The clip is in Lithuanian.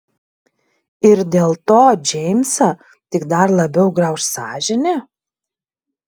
ir dėl to džeimsą tik dar labiau grauš sąžinė